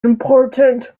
important